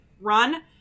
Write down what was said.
run